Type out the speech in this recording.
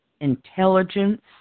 intelligence